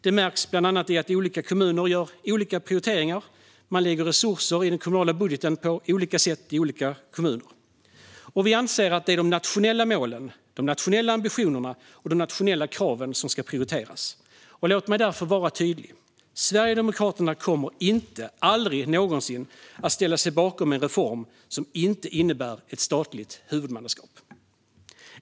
Det märks bland annat i att olika kommuner gör olika prioriteringar. Man lägger resurser i den kommunala budgeten på olika sätt i olika kommuner. Vi anser att det är de nationella målen, de nationella ambitionerna och de nationella kraven som ska prioriteras. Låt mig därför vara tydlig: Sverigedemokraterna kommer aldrig någonsin att ställa sig bakom en reform som inte innebär ett statligt huvudmannaskap.